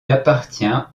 appartient